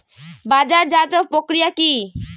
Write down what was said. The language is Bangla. বাজারজাতও প্রক্রিয়া কি?